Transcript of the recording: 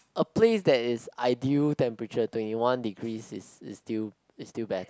a place that is ideal temperature twenty one degrees is is still is still best